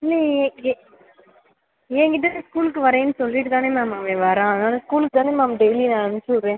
இல்லையே எ என்கிட்டே ஸ்கூலுக்கு வர்றேன்னு சொல்லிவிட்டு தானே மேம் அவன் வர்றான் ஸ்கூலுக்கு தானே மேம் டெய்லியும் அனுப்பிச்சுவிடுறேன்